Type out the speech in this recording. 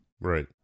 right